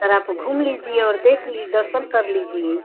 और आप घूम लीजिए और देख ली दर्शन कर लीजिए